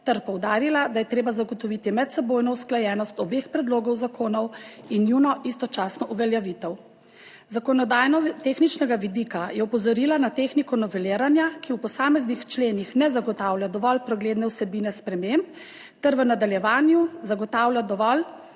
ter poudarila, da je treba zagotoviti medsebojno usklajenost obeh predlogov zakonov in njuno istočasno uveljavitev. Z zakonodajno-tehničnega vidika je opozorila na tehniko noveliranja, ki v posameznih členih ne zagotavlja dovolj pregledne vsebine sprememb ter v nadaljevanju zagotavlja dovolj